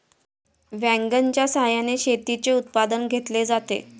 वॅगनच्या सहाय्याने शेतीचे उत्पादन घेतले जाते